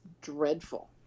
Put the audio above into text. dreadful